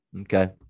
Okay